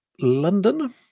London